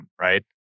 right